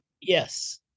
Yes